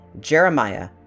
Jeremiah